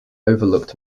overlooked